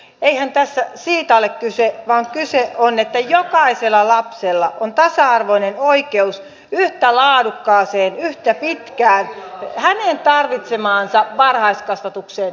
eihän tässä siitä ole kyse vaan kyse on siitä että jokaisella lapsella on tasa arvoinen oikeus yhtä laadukkaaseen yhtä pitkään tarvitsemaansa varhaiskasvatukseen